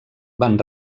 van